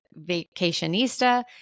vacationista